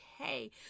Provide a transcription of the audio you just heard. okay